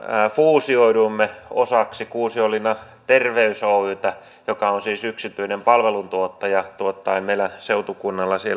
fuusioiduimme silloin osaksi kuusiolinna terveys oytä joka on siis yksityinen palveluntuottaja tuottaen meillä seutukunnalla